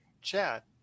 chat